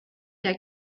der